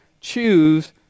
choose